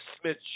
Smith